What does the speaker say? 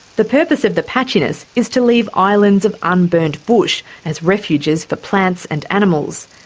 the purpose of the patchiness is to leave islands of unburnt bush as refuges for plants and animals,